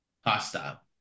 hostile